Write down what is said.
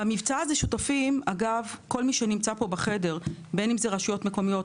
למבצע הזה שותפים כל מי שנמצא פה בחדר: רשויות מקומיות,